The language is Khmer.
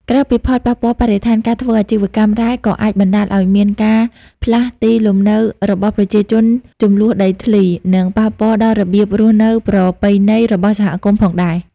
ក្រៅពីផលប៉ះពាល់បរិស្ថាន ការធ្វើអាជីវកម្មរ៉ែក៏អាចបណ្ដាលឲ្យមានការផ្លាស់ទីលំនៅរបស់ប្រជាជនជម្លោះដីធ្លី និងប៉ះពាល់ដល់របៀបរស់នៅប្រពៃណីរបស់សហគមន៍ផងដែរ។